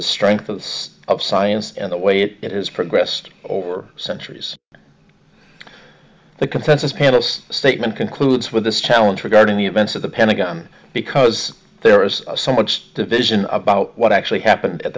the strength of of science and the way it has progressed over centuries the consensus panels statement concludes with this challenge regarding the events of the pentagon because there is somewhat division of about what actually happened at